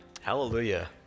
Hallelujah